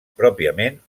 pròpiament